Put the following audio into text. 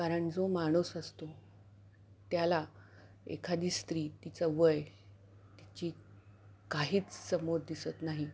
कारण जो माणूस असतो त्याला एखादी स्त्री तिचं वय तिची काहीच समोर दिसत नाही